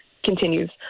continues